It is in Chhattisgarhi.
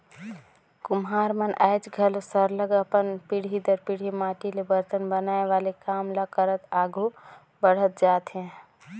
कुम्हार मन आएज घलो सरलग अपन पीढ़ी दर पीढ़ी माटी ले बरतन बनाए वाले काम ल करत आघु बढ़त जात हें